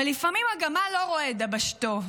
אבל לפעמים הגמל לא רואה את דבשתו,